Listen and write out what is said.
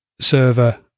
server